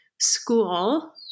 school